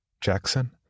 Jackson